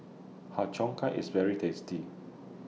Har Cheong Gai IS very tasty